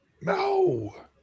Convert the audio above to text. No